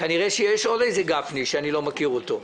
כנראה יש עוד גפני שאני לא מכיר אותו.